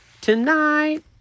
tonight